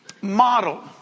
model